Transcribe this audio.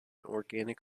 organic